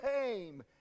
came